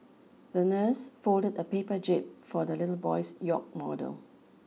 the nurse folded a paper jib for the little boy's yacht model